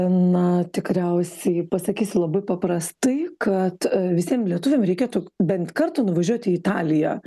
na tikriausiai pasakysiu labai paprastai kad visiem lietuviam reikėtų bent kartą nuvažiuot į italiją